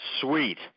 Sweet